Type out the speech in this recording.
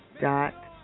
dot